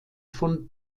von